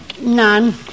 None